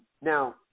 Now